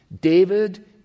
David